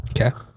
Okay